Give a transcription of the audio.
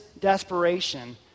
desperation